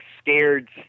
scared